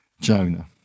Jonah